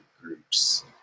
groups